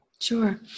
Sure